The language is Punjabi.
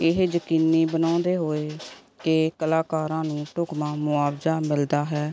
ਇਹ ਯਕੀਨੀ ਬਣਾਉਂਦੇ ਹੋਏ ਕਿ ਕਲਾਕਾਰਾਂ ਨੂੰ ਢੁਕਵਾਂ ਮੁਆਵਜ਼ਾ ਮਿਲਦਾ ਹੈ